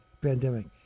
pandemic